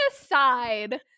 aside